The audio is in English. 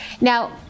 Now